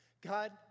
God